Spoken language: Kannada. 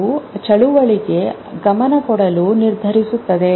ಅದು ಚಳುವಳಿಗೆ ಗಮನ ಕೊಡಲು ನಿರ್ಧರಿಸುತ್ತದೆ